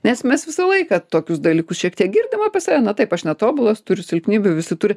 nes mes visą laiką tokius dalykus šiek tiek girdim apie save na taip aš netobulas turi silpnybių jų visi turi